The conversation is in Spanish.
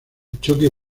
choque